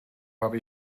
habe